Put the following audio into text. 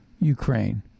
Ukraine